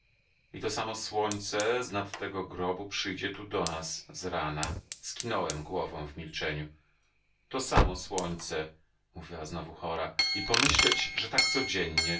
i to samo słońce z nad tego grobu przyjdzie tu do nas z rana skinąłem głową w milczeniu to samo słońce mówiła znowu chora i pomyśleć że tak codziennie